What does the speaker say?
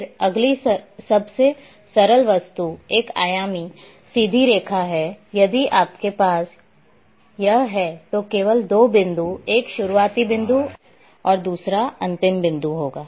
फिर अगली सबसे सरल वस्तु एक आयामी सीधी रेखा है यदि आपके पास यह है तो केवल दो बिंदु एक शुरुआती बिंदु और दूसरा अंतिम बिंदु होगा